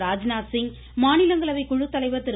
ராஜ்நாத்சிங் மாநிலங்களவை குழுத்தலைவர் திரு